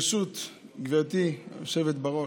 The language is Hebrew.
ברשות גברתי היושבת בראש,